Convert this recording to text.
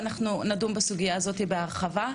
ואנחנו נדון בסוגיה הזאת בהרחבה.